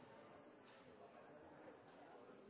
– alle